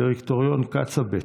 דירקטוריון קצא"א ב',